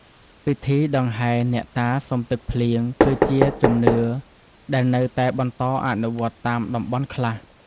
ពិធីដង្ហែអ្នកតាសុំទឹកភ្លៀង គឺជាជំនឿដែលនៅតែបន្តអនុវត្តតាមតំបន់ខ្លះ។